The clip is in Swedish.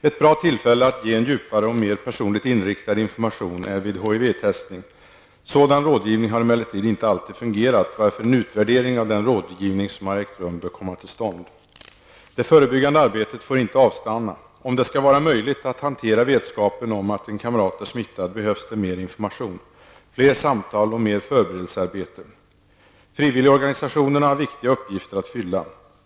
Ett bra tillfälle att ge en djupare och mer personligt inriktad information är det tillfälle vid vilket HIV testning sker. Sådan rådgivning har emellertid inte alltid fungerat, varför en utvärdering av den rådgivning som har ägt rum bör komma till stånd. Det förebyggande arbetet får inte avstanna. För att det skall vara möjligt att hantera vetskapen om att en kamrat är smittad behövs det mer information, fler samtal och mer av förberedelsearbete. Frivilligorganisationerna har en viktig uppgift att fylla.